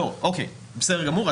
בסדר גמור.